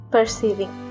Perceiving